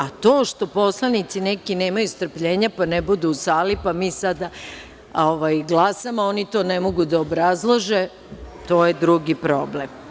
A to što poslanici neki nemaju strpljenja, pa ne budu u sali pa mi sada glasamo, a oni to ne mogu da obrazlože, to je drugi problem.